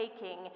taking